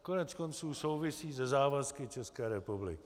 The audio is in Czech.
Koneckonců souvisí se závazky České republiky.